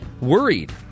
worried